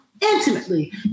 intimately